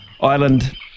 island